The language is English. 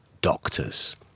doctors